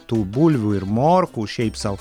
tų bulvių ir morkų šiaip sau